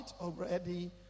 already